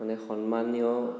মানে সন্মানীয়